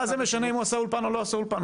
מה זה משנה אם הוא עשה אולפן או לא עשה אולפן?